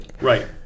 Right